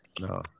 No